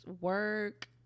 work